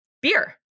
Beer